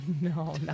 No